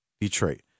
Detroit